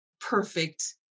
perfect